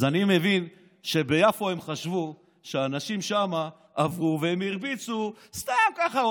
אז אני מבין שביפו הם חשבו שהאנשים שם עברו והם הרביצו סתם ככה,